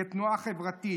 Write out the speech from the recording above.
כתנועה חברתית.